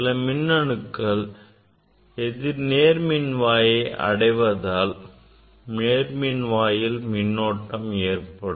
சில மின்னணுக்கள் நேர்மின்வாயை அந்த அடைவதால் நேர்மின் வாயில் மின்னோட்டம் ஏற்படும்